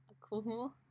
cool